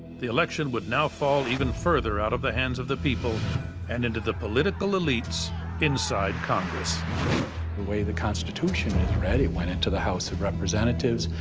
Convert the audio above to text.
the election would now fall even further out of the hands of the people and into the political elites inside congress. the way the constitution went into the house of representatives,